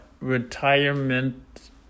Retirement